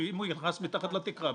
שאם הוא נכנס מתחת לתקרה,